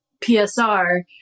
PSR